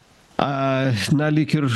a na lyg ir